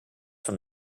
from